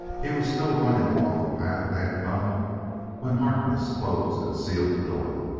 he was still running along the path they had come when harkness closed and sealed the door.